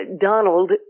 Donald